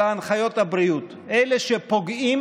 אלא הנחיות הבריאות אלה שפוגעים